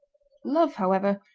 love, however,